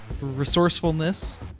resourcefulness